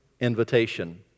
invitation